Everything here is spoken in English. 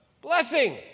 Blessing